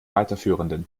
weiterführenden